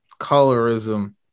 colorism